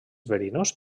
verinós